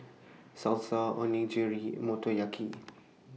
Salsa Onigiri Motoyaki